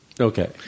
Okay